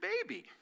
baby